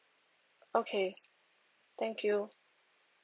okay thank you